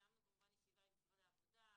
קיימנו כמובן ישיבה עם משרד העבודה.